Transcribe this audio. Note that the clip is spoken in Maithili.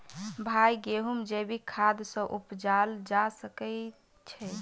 भाई गेंहूँ जैविक खाद सँ उपजाल जा सकै छैय?